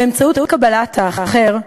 באמצעות קבלת האחר",